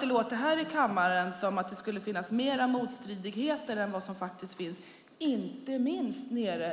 Det låter här i kammaren som om det skulle finnas mer motstridigheter än vad det faktiskt finns, inte minst